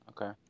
Okay